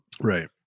right